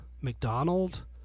McDonald